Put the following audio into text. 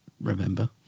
remember